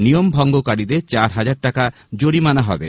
নিয়মভঙ্ককারীদের চার হাজার টাকা জরিমানা হবে